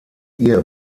ihr